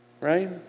right